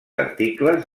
articles